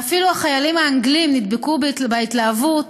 ואפילו החיילים האנגלים נדבקו בהתלהבות